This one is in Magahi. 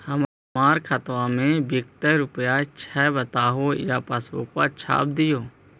हमर खाता में विकतै रूपया छै बताबू या पासबुक छाप दियो?